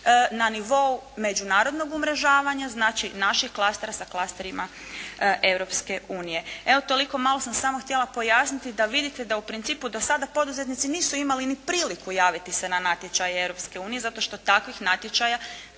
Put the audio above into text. na nivou međunarodnog umrežavanja, znači naših klastera sa klasterima Europske unije. Evo toliko, malo sam samo htjela pojasniti da vidite da u principu do sada poduzetnici nisu imali ni priliku javiti se na natječaj Europske unije zato što takvih natječaja